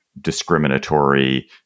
discriminatory